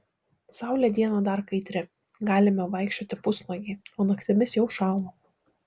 saulė dieną dar kaitri galime vaikščioti pusnuogiai o naktimis jau šąla